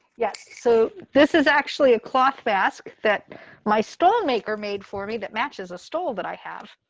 yes. so this is actually a cloth mask that my stole maker made for me that matches a stole that i have.